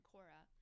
Cora